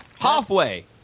Halfway